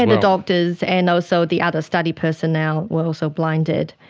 and the doctors, and also the other study personnel were also blinded.